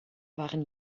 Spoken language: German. waren